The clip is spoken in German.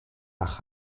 nach